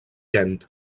kent